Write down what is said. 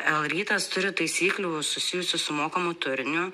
l rytas turi taisyklių susijusių su mokamu turiniu